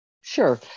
Sure